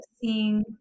seeing